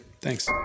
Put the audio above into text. Thanks